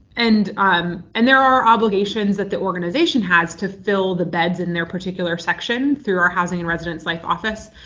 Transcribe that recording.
and um and there are obligations that the organization has to fill the beds in their particular section through our housing and residence life office.